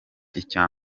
icya